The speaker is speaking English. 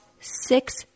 six